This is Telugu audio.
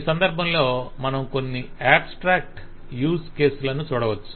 ఈ సందర్భంలో మనం కొన్ని ఆబ్స్ట్రాక్ట్ యూజ్ కేస్ లను చూడవచ్చు